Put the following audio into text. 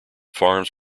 farms